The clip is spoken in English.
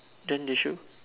then the shoe